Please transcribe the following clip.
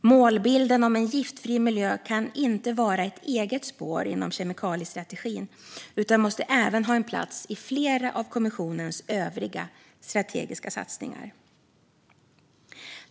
Målbilden om en giftfri miljö kan inte vara ett eget spår inom kemikaliestrategin utan måste även ha en plats i flera av kommissionens övriga strategiska satsningar.